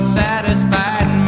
satisfied